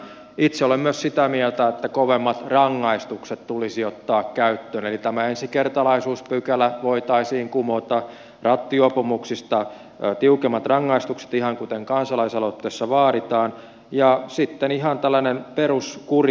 itse olen myös sitä mieltä että kovemmat rangaistukset tulisi ottaa käyttöön eli tämä ensikertalaisuuspykälä voitaisiin kumota rattijuopumuksista tiukemmat rangaistukset ihan kuten kansalaisaloitteessa vaaditaan ja sitten ihan tällainen peruskuri